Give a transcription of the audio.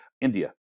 India